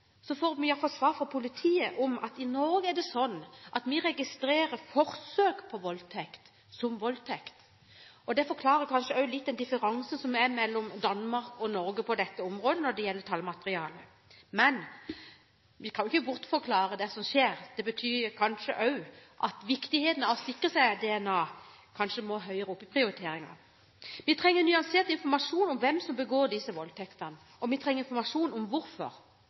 får vi iallfall svar fra politiet om at i Norge er det sånn at vi registrerer forsøk på voldtekt som voldtekt. Det forklarer kanskje også litt den differansen som er mellom Danmark og Norge på dette området når det gjelder tallmateriale. Men vi kan ikke bortforklare det som skjer – det betyr kanskje også at viktigheten av å sikre seg DNA må høyere opp i prioriteringene. Vi trenger nyansert informasjon om hvem som begår disse voldtektene, og vi trenger informasjon om hvorfor.